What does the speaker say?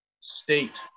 state